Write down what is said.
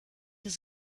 ist